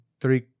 three